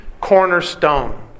cornerstone